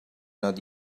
not